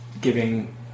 giving